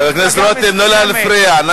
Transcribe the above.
חבר הכנסת רותם, נא לא להפריע.